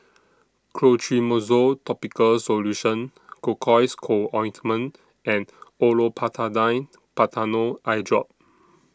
Clotrimozole Topical Solution Cocois Co Ointment and Olopatadine Patanol Eyedrop